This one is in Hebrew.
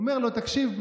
הוא אמר לו: תקשיב,